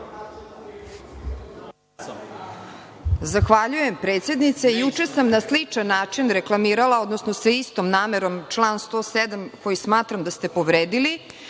Zahvaljujem predsednice, juče sam na sličan način reklamirala, odnosno sa istom namerom član 107. koji smatram da ste povredili